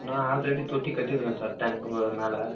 நான் ஆல்ரெடி தொட்டி கட்டியிருக்கேன் சார் டேங்க்கு மேலே